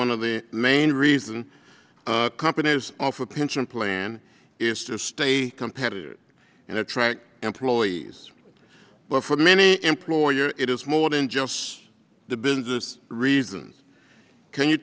one of the main reason companies offer a pension plan is to stay competitive and attract employees but for many employers it is more than just the business reasons can you